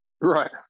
right